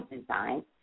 design